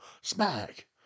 Smack